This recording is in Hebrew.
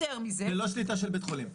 זה לא שליטה של בית חולים.